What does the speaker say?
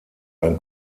ein